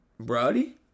Brody